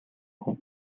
хүн